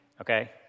Okay